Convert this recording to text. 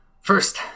First